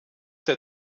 der